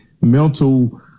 mental